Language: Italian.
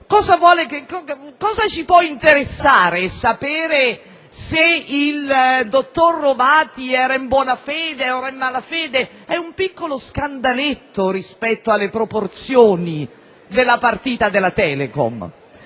Cosa ci può interessare sapere se il dottor Rovati era in buona fede o in malafede? È un piccolo scandaletto rispetto alle proporzioni della partita Telecom.